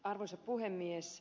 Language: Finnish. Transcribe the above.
arvoisa puhemies